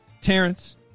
Terrence